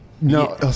No